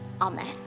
amen